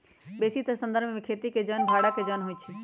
बेशीतर संदर्भ में खेती के जन भड़ा के जन होइ छइ